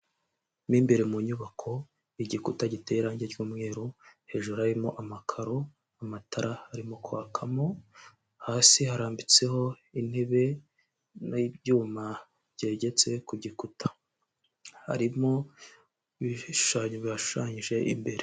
Mo imbere mu nyubako, igikuta giteye irangi ry'umweru, hejuru harimo amakaro, amatara arimo kwakamo, hasi harambitseho intebe, n'ibyuma byegetse ku gikuta. Harimo ibishushanyo bihashushanyije imbere.